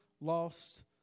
lost